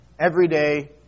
everyday